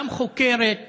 גם חוקרת גזענית,